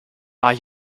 are